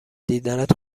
دیدنت